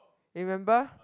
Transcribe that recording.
you remember